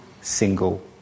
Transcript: single